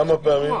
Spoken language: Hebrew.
כן.